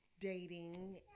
dating